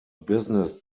business